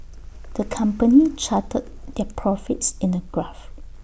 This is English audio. the company charted their profits in A graph